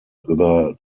über